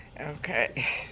Okay